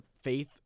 faith